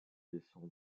laissant